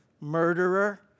murderer